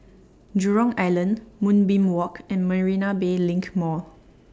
Jurong Island Moonbeam Walk and Marina Bay LINK Mall